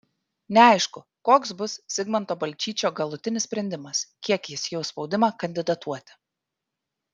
neaišku koks bus zigmanto balčyčio galutinis sprendimas kiek jis jaus spaudimą kandidatuoti